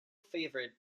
favorite